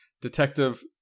Detective